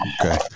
okay